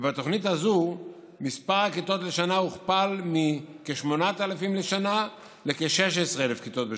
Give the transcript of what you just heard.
ובתוכנית הזו מספר הכיתות לשנה הוכפל מכ-8,000 לכ-16,000 כיתות בשנה.